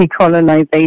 decolonization